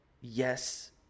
yes